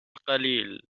قليل